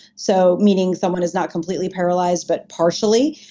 so meaning someone is not completely paralyzed but partially,